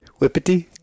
whippity